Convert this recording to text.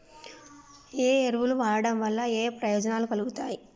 ఏ ఎరువులు వాడటం వల్ల ఏయే ప్రయోజనాలు కలుగుతయి?